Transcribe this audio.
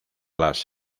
las